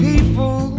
People